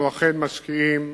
אנחנו אכן משקיעים